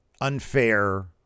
unfair